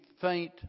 faint